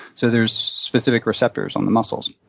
so there's specific receptors on the muscles.